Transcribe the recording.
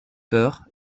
peur